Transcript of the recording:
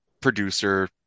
producer